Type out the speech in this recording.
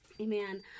Amen